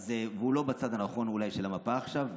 ואולי הוא לא בצד הנכון של המפה עכשיו,